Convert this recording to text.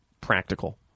practical